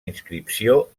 inscripció